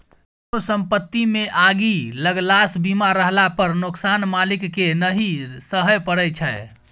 कोनो संपत्तिमे आगि लगलासँ बीमा रहला पर नोकसान मालिककेँ नहि सहय परय छै